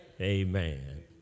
amen